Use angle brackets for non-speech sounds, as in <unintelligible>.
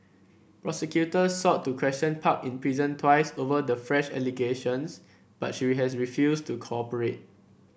prosecutors sought to question park in prison twice over the fresh allegations but she <unintelligible> has refused to cooperate